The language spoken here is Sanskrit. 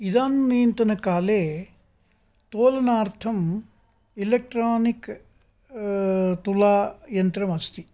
इदानीन्तनकाले तोलनार्थम् एलेक्ट्रानिक् तुलायन्त्रमस्ति